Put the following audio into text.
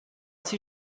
sie